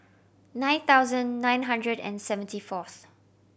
nine thousand nine hundred and seventy fourth